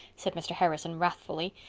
said mr. harrison wrathfully.